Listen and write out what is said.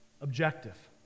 objective